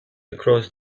across